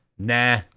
Nah